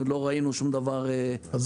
בינתיים לא ראינו שום דבר- -- לא